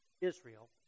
Israel